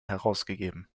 herausgegeben